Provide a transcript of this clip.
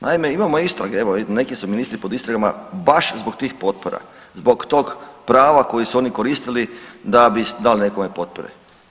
Naime, imamo istrage, evo neki su ministri pod istragama baš zbog tih potpora, zbog tog prava koje su oni koristili da bi dali nekome potpore.